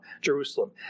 Jerusalem